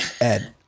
Ed